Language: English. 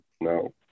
No